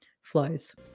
flows